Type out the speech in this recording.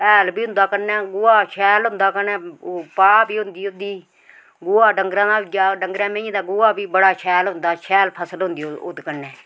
हैल बी होंदा कन्नै गोहा शैल होंदा कन्नै ओह पा बी होंदी ओह्दी गोहा डंगरा दा होई गेआ डंगरै मेंही दा गोहा बी बड़ा शैल होंदा शैल फसल होंदे ओह्दे कन्नै